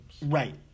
Right